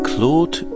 Claude